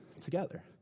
together